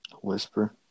Whisper